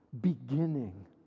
beginning